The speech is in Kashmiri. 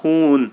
ہوٗن